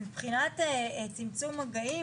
מבחינת צמצום מגעים,